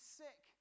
sick